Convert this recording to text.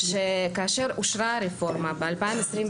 שכאשר אושרה הרפורמה ב-2022,